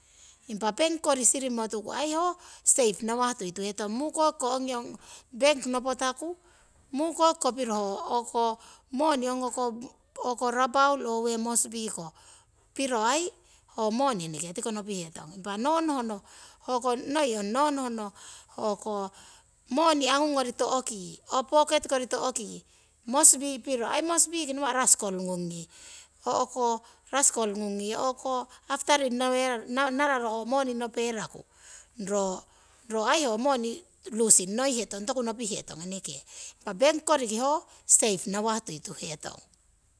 Impa bank kori sirimotuku aii ho safe ngawah tuituhetong mukokiko ong bank nopotaku, mukokiko piro o'ko moni ongi rabaul or woo moresby kiko piro aii ho moni eneke tiko nopihetong. Impa nonohno hoko noi ong nonohno o'ko moni angungori to'kii or poket kori to'kii moresby piro aii moresby kii aii nawa' raskol ngungi o'ko rascol ngungi o'ko aftering neye ngararo ho moni noperaku ro aii ho moni losing noihetong toku pihetong eneke impa bank koriki ho safe nawah tuituhetong.